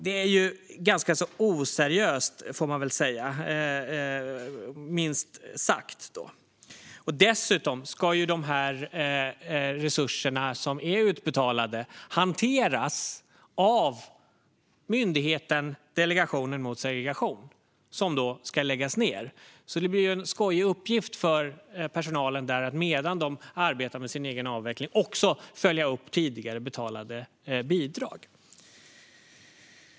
Det får man väl säga är minst sagt ganska oseriöst. Dessutom ska de utbetalade resurserna hanteras av myndigheten Delegationen mot segregation, som ska läggas ned. Det blir en skojig uppgift för personalen där; medan de arbetar med sin egen avveckling ska de också följa upp tidigare utbetalade bidrag.